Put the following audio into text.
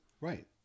Right